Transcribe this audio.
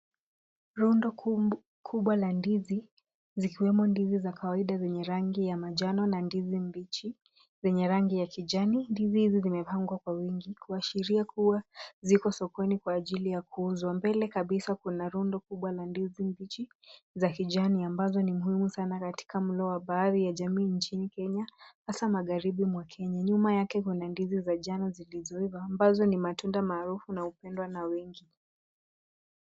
Rundo kubwa la ndizi, zikiwemo ndizi za kawaida zenye rangi ya manjano, na ndizi mbichi, zenye rangi ya kijani, ndizi hizi zimepangwa kwa wingi. Kwashiria kuwa, ziko sokoni kwa ajili ya kuuzwa. Mbele kabisa kuna rundo kubwa la ndizi mbichi za kijani. Ambazo ni muhimu sana katika mulo wa baadhi ya jamii nchini Kenya, hasa magaribi mwa Kenya. Nyuma ya kuna ndizi za jano zilizoiva. Ambazo ni matunda maarufu na kupendwa na wengi.